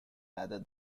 rather